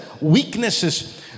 weaknesses